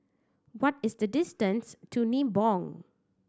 what is the distance to Nibong